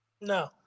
No